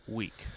week